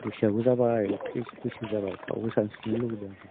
बैसोआबो जाबाय त्रिस बोसोर जाबाय थेवबो सानस्रिनो लुबैदों